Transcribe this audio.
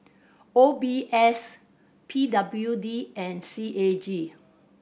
O B S P W D and C A G